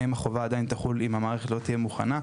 האם החובה עדיין תחול אם המערכת עדיין לא תהיה מוכנה,